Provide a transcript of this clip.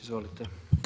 Izvolite.